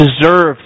deserved